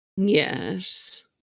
Yes